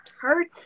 hurt